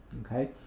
okay